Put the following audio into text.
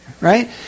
right